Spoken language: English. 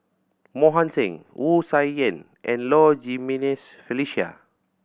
Mohan Singh Wu Tsai Yen and Low Jimenez Felicia